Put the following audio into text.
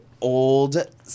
old